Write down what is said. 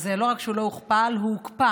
אז לא רק שהוא לא הוכפל, הוא הוקפא.